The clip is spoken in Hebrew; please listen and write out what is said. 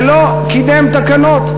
חמש, ולא קידם תקנות.